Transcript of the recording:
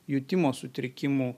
jutimo sutrikimų